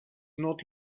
not